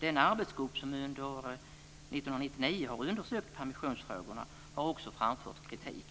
Den arbetsgrupp som under 1999 har undersökt permissionsfrågorna har också framfört kritik.